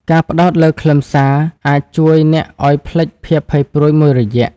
ការផ្តោតលើខ្លឹមសារអាចជួយអ្នកឱ្យភ្លេចភាពភ័យព្រួយមួយរយៈ។